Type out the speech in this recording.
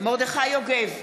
מרדכי יוגב,